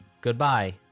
Goodbye